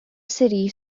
city